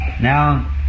Now